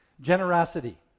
Generosity